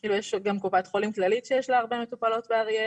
כאילו יש גם את קופת חולים כללית שיש לה הרבה לקוחות באריאל.